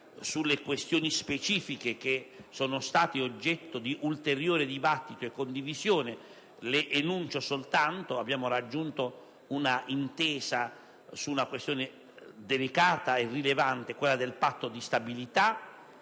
sulle questioni specifiche che sono state oggetto di ulteriore dibattito e condivisione, limitandomi ad enunciarle. Abbiamo raggiunto un'intesa sulla questione delicata e rilevante del Patto di stabilità,